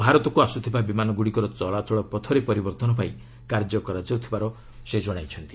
ଭାରତକୁ ଆସୁଥିବା ବିମାନଗୁଡ଼ିକର ଚଳାଚଳପଥରେ ପରିବର୍ତ୍ତନ ପାଇଁ କାର୍ଯ୍ୟ କରାଯାଉଥିବାର ସେ ଜଣାଇଛନ୍ତି